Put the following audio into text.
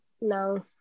no